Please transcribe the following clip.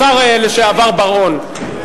השר לשעבר בר-און,